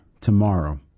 tomorrow